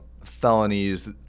felonies